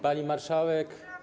Pani Marszałek!